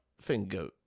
Finger